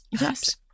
Yes